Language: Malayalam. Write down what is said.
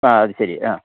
ആ അതുശരി ആ